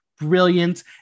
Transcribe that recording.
Brilliant